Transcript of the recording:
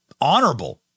honorable